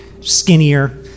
skinnier